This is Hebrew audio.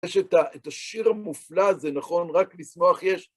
יש את השיר המופלא הזה, נכון? רק לשמוח יש